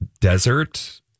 desert